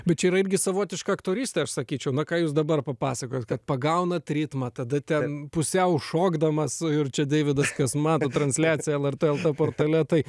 bet čia yra irgi savotiška aktorystė aš sakyčiau na ką jūs dabar papasakojot kad pagaunat ritmą tada ten pusiau šokdamas ir čia deividas kas mato transliaciją lrt portale tai